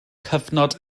cyfnod